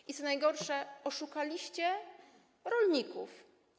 I co najgorsze, oszukaliście rolników.